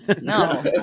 no